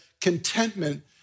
contentment